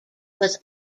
was